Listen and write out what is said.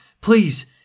Please